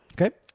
Okay